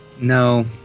No